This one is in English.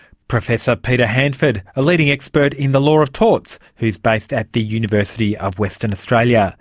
professor peter handford, a leading expert in the law of torts who's based at the university of western australia.